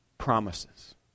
Promises